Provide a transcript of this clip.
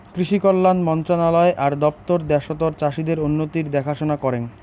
কৃষি কল্যাণ মন্ত্রণালয় আর দপ্তর দ্যাশতর চাষীদের উন্নতির দেখাশনা করেঙ